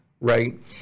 Right